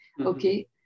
okay